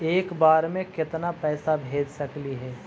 एक बार मे केतना पैसा भेज सकली हे?